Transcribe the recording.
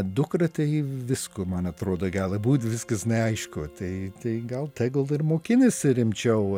dukra tai visko man atrodo gali būt viskas neaišku tai tai gal tegul ir mokinasi rimčiau